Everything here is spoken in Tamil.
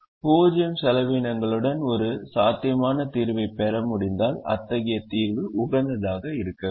0 செலவினங்களுடன் ஒரு சாத்தியமான தீர்வைப் பெற முடிந்தால் அத்தகைய தீர்வு உகந்ததாக இருக்க வேண்டும்